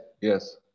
yes